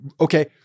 Okay